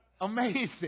Amazing